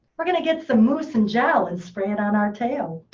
we're going to get some mousse and gel, and spray it on our tail.